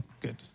good